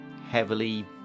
heavily